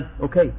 Okay